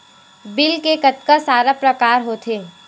Bill के कतका सारा प्रकार होथे?